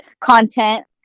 content